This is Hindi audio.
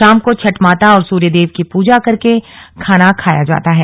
शाम को छठ माता और सूर्य देव की पूजा करके खाना खाया जाता है